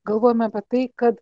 galvojame apie tai kad